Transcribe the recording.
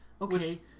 Okay